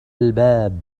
الباب